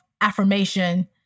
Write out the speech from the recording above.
affirmation